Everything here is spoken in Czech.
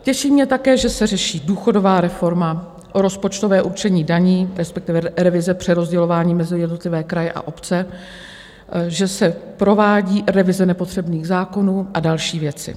Těší mě také, že se řeší důchodová reforma, rozpočtové určení daní, respektive revize přerozdělování mezi jednotlivé kraje a obce, že se provádí revize nepotřebných zákonů a další věci.